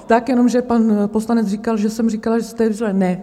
Tak jenom že pan poslanec říkal, že jsem říkala, že ne.